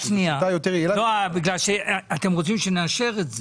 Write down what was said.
זוהי שיטה יותר יעילה --- אתם רוצים שנאשר את זה.